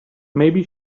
maybe